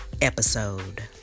episode